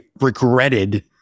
regretted